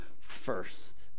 first